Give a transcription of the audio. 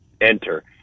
enter